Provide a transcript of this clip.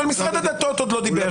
המשרד לשירותי דת עוד לא דיבר.